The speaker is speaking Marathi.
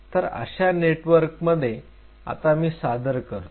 तर अशा नेटवर्कमध्ये आता मी सादर करतो